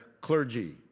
clergy